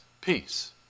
peace